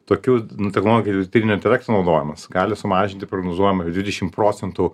tokių nu technologijų dirbtinio intelekto naudojimas gali sumažinti prognozuojamą dvidešimt procentų